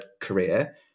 career